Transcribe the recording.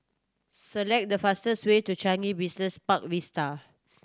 select the fastest way to Changi Business Park Vista